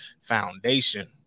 foundation